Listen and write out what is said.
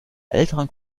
älteren